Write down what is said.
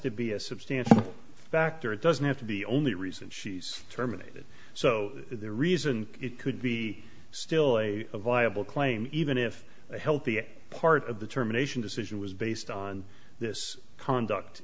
to be a substantial factor it doesn't have to the only reason she's terminated so the reason it could be still a viable claim even if healthy part of the terminations decision was based on this conduct